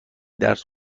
درس